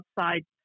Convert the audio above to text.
outside